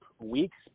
weeks